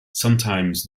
sometimes